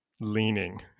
Leaning